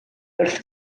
wrth